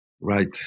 Right